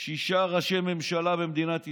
שישה ראשי ממשלה במדינת ישראל.